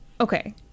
Okay